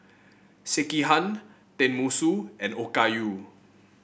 Sekihan Tenmusu and Okayu